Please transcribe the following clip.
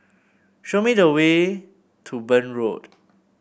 show me the way to Burn Road